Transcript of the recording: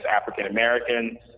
African-Americans